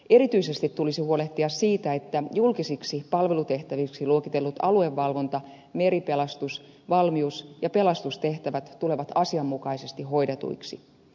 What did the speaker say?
erityisesti tulisi huolehtia siitä että julkisiksi palvelutehtäviksi luokitellut aluevalvonta meripelastus valmius ja pelastustehtävät tulevat asianmukaisesti hoidetuiksi